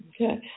Okay